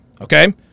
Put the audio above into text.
okay